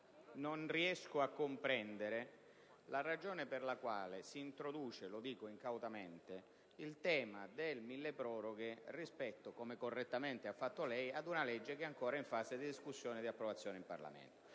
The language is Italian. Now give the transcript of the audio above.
non riesco a comprendere la ragione per la quale si introduce - lo dico incautamente - il tema del decreto milleproroghe rispetto, ad una legge come correttamente ha detto lei che è ancora in fase di discussione e di approvazione in Parlamento,